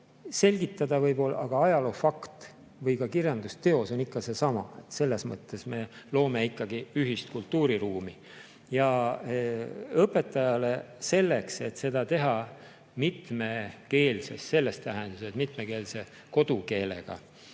selgitada, aga ajaloo fakt või kirjandusteos on ikka seesama. Selles mõttes me loome ikkagi ühist kultuuriruumi. Ja õpetajale selleks, et seda teha mitmekeelses – selles tähenduses, et mitmekeelse kodukeelega